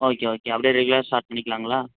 okay okay அப்படியே ரெகுலராக start பண்ணிக்கலாங்களா